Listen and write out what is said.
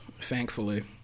thankfully